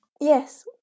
Yes